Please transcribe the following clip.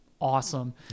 awesome